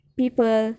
people